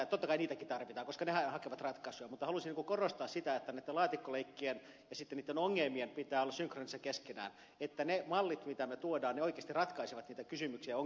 totta kai niitäkin tarvitaan koska nehän hakevat ratkaisuja mutta halusin korostaa sitä että näitten laatikkoleikkien ja sitten niitten ongelmien pitää olla synkronissa keskenään että ne mallit mitä me tuomme oikeasti ratkaisevat niitä kysymyksiä ja ongelmia mitä meillä on olemassa